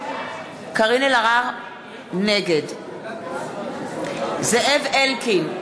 נגד זאב אלקין,